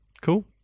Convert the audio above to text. Cool